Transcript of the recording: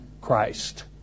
Christ